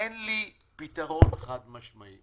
אין לי פתרון חד משמעי.